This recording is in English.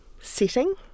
setting